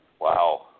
Wow